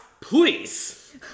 please